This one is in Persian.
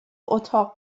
اتاق